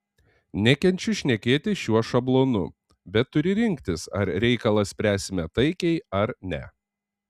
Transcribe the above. nekenčiu šnekėti šiuo šablonu bet turi rinktis ar reikalą spręsime taikiai ar ne